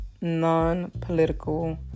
non-political